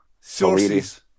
Sources